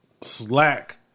slack